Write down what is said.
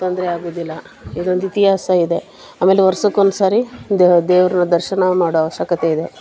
ತೊಂದರೆ ಆಗುವುದಿಲ್ಲ ಇದೊಂದು ಇತಿಹಾಸ ಇದೆ ಆಮೇಲೆ ವರ್ಷಕ್ ಒಂದು ಸಾರಿ ದೇವ್ರ ದರ್ಶನ ಮಾಡೋ ಆವಶ್ಯಕತೆ ಇದೆ